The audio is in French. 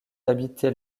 habité